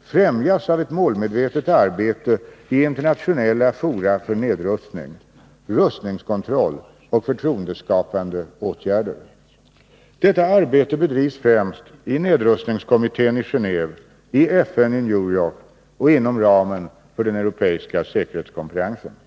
främjas av ett målmedvetet arbete i internationella fora för nedrustning, rustningskontroll och förtroendeskapande åtgärder. Detta arbete bedrivs främst i nedrustningskommittén i Geneve, i FN i New York och inom ramen för den europeiska säkerhetskonferensen ESK.